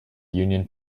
union